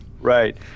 right